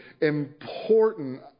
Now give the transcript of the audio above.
important